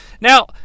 Now